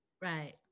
right